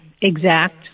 exact